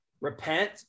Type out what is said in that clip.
repent